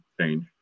change